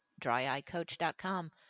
dryeyecoach.com